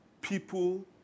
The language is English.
people